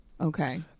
okay